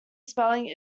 spelling